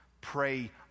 Pray